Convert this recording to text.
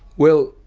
well,